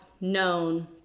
known